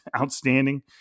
outstanding